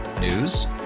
News